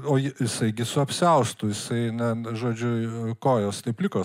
o jisai gi su apsiaustu jisai na n žodžiu kojos tai pliko